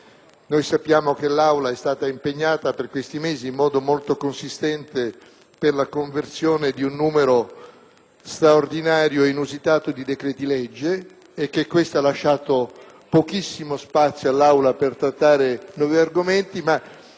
Infatti, l'Assemblea è stata impegnata in questi mesi in modo molto consistente per la conversione di un numero straordinario e inusitato di decreti-legge e questo ha lasciato pochissimo spazio alla trattazione di altri argomenti,